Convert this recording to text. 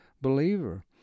believer